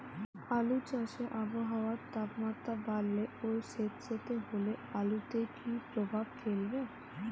আলু চাষে আবহাওয়ার তাপমাত্রা বাড়লে ও সেতসেতে হলে আলুতে কী প্রভাব ফেলবে?